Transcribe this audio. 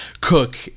Cook